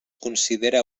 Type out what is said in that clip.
considera